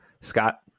Scott